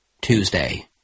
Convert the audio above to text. Tuesday